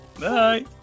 Bye